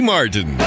Martin